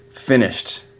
finished